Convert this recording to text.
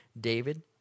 David